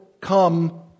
come